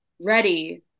ready